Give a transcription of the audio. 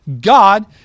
God